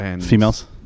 Females